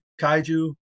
Kaiju